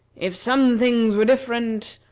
if some things were different,